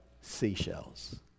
seashells